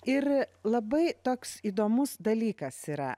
ir labai toks įdomus dalykas yra